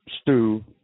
stew